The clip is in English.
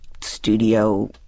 studio